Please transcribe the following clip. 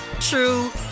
true